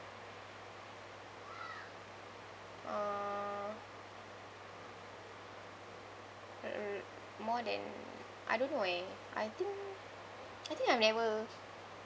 uh mm more than I don't know eh I think I think I've never